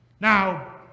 Now